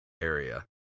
area